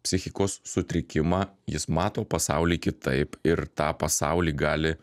psichikos sutrikimą jis mato pasaulį kitaip ir tą pasaulį gali